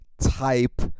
type